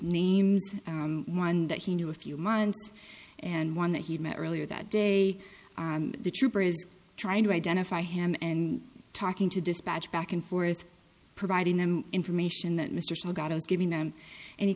name one that he knew a few months and one that he met earlier that day the trooper is trying to identify him and talking to dispatch back and forth providing them information that mr seale gatos giving them an